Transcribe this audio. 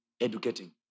educating